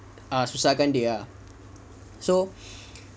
susahkan dia ah so